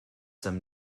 some